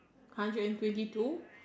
hundred and twenty two